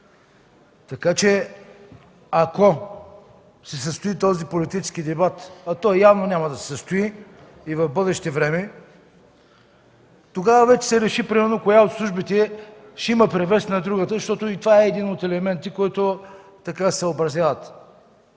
Така че ако се състои този политически дебат, а той явно няма да се състои и в бъдеще време, тогава вече ще се реши примерно коя от службите ще има превес над другата ,защото и това е един от елементите, които се съобразяват